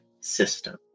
system